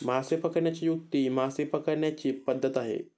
मासे पकडण्याची युक्ती मासे पकडण्याची पद्धत आहे